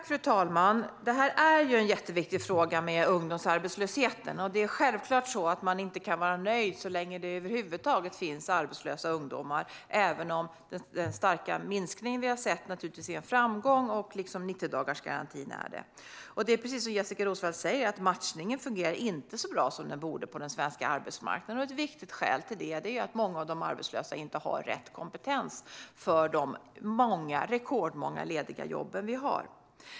Fru talman! Ungdomsarbetslösheten är en jätteviktig fråga. Självfallet kan vi inte vara nöjda så länge det finns arbetslösa ungdomar, även om både den starka minskning vi har sett och 90-dagarsgarantin är en framgång. Precis som Jessika Roswall säger fungerar inte matchningen så bra som den borde på den svenska arbetsmarknaden. Ett viktigt skäl till det är att många av de arbetslösa inte har rätt kompetens för de rekordmånga lediga jobben.